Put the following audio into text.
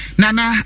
nana